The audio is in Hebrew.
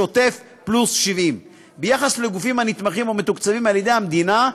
שוטף פלוס 70. ביחס לגופים הנתמכים או מתוקצבים על-ידי המדינה,